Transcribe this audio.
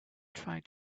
trying